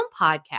podcast